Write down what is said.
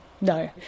no